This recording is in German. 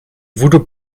voodoo